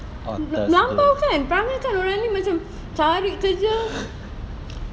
me~ melampau kan perangai kan orang ni macam cari kerja